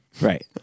Right